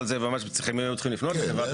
אבל היו צריכים לפנות --- כן,